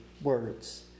words